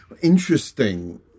interesting